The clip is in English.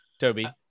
Toby